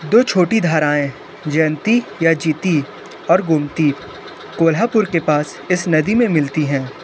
दो छोटी धाराएँ जयंती या जीती और गोमती कोल्हापुर के पास इस नदी में मिलती हैं